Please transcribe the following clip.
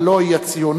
הלוא היא הציונות,